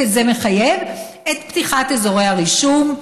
כי זה מחייב את פתיחת אזורי הרישום,